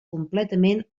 completament